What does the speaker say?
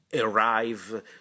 arrive